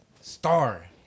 Star